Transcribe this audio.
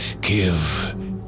give